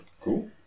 Cool